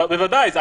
בוודאי.